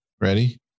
Ready